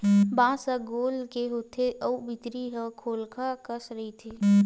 बांस ह गोल के होथे अउ भीतरी ह खोखला कस रहिथे